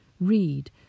read